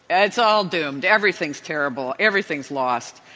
and it's all doomed. everything's terrible. everything's lost.